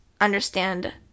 understand